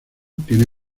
tiene